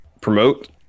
promote